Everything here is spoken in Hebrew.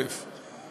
ל-1.6 מיליון.